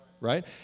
right